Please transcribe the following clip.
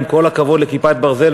עם כל הכבוד ל"כיפת ברזל",